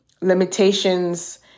limitations